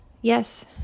Yes